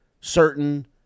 certain